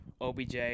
OBJ